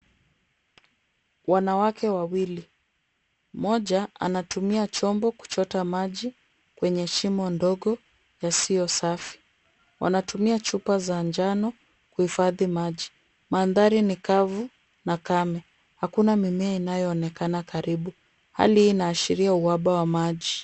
Wanawake wawili, mmoja anatumia chombo kuchota maji kwenye shimo ndogo yasiyo safi. Wanatumia chupa za njano kuhifadhi maji. Mandhari ni kavu na kame. Hakuna mimea inayoonekana karibu. Hali hii inaashiria uhaba wa maji.